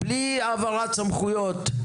בלי העברת סמכויות.